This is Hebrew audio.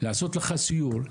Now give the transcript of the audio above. לעשות לך סיור.